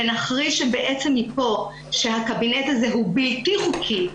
ונכריז מפה שהקבינט הזה הוא בלתי חוקי,